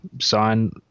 sign